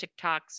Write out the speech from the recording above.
TikToks